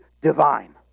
divine